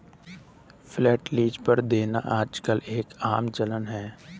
flat lease पर देना आजकल एक आम चलन है